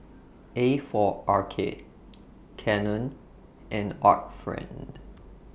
A For Arcade Canon and Art Friend